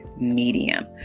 medium